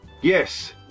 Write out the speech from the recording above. Yes